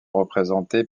représentées